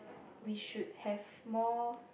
we should have more